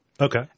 Okay